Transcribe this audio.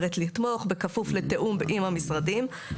החלטת הממשלה אומרת לתמוך בכפוף לתיאום עם המשרדים,